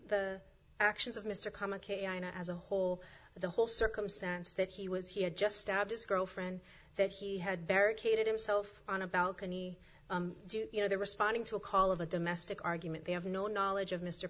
the actions of mr comic a on a as a whole the whole circumstance that he was he had just stabbed his girlfriend that he had barricaded himself on a balcony do you know they're responding to a call of a domestic argument they have no knowledge of mr